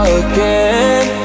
again